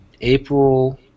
April